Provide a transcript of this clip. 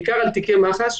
בעיקר על תיקי מח"ש.